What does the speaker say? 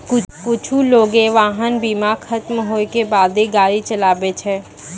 कुछु लोगें वाहन बीमा खतम होय के बादो गाड़ी चलाबै छै